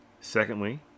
Secondly